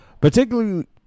particularly